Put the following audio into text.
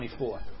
24